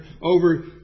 Over